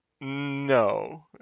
no